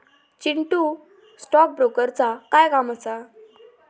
Chintu, stock ब्रोकरचा काय काम असा?